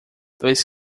dois